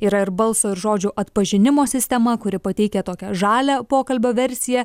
yra ir balso ir žodžių atpažinimo sistema kuri pateikia tokią žalią pokalbio versiją